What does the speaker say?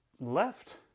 left